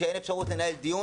כשאין אפשרות לנהל דיון.